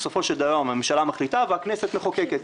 בסופו של דבר, הממשלה מחליטה, והכנסת מחוקקת.